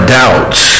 doubts